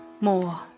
more